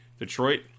Detroit